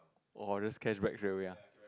oh or just scratch back away ah